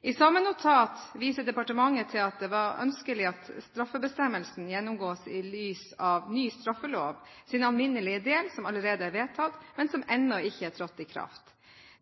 I samme notat viser departementet til at det var ønskelig at straffebestemmelsen gjennomgås i lys av ny straffelovs alminnelige del, som allerede er vedtatt, men som ennå ikke er trådt i kraft.